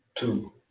Two